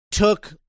took